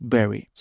Berry